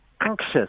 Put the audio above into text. anxious